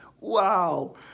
Wow